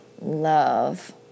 love